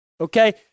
Okay